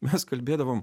mes kalbėdavom